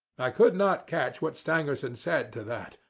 i could not catch what stangerson said to that,